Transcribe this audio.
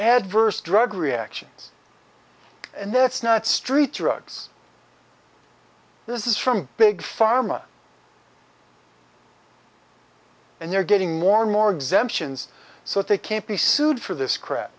adverse drug reactions and that's not street drugs this is from big pharma and they're getting more and more exemptions so they can't be sued for this crap